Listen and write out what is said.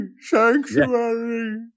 Sanctuary